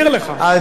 על מנת לצמצם,